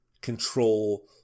control